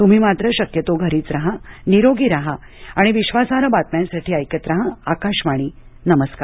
तुम्ही मात्र शक्यतो घरीच राहा निरोगी राहा आणि विश्वासार्ह बातम्यांसाठी ऐकत राहा आकाशवाणी नमस्कार